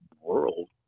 world